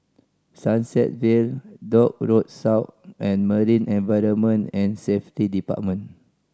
Sunset Vale Dock Road South and Marine Environment and Safety Department